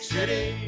City